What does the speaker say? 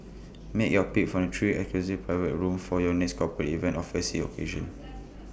make your pick from three exclusive private rooms for your next corporate event or fancy occasion